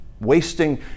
wasting